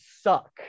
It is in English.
suck